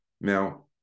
Now